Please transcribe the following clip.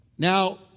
Now